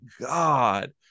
God